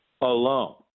alone